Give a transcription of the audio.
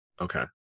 Okay